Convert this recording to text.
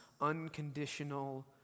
unconditional